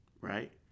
right